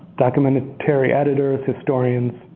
documentary editors, historians,